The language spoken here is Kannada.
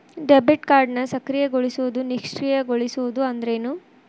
ಡೆಬಿಟ್ ಕಾರ್ಡ್ನ ಸಕ್ರಿಯಗೊಳಿಸೋದು ನಿಷ್ಕ್ರಿಯಗೊಳಿಸೋದು ಅಂದ್ರೇನು?